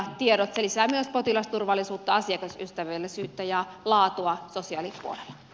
se lisää myös potilasturvallisuutta asiakasystävällisyyttä ja laatua sosiaalipuolella